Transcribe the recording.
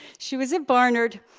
she was at barnard,